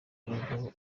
mbagezeho